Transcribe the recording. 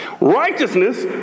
Righteousness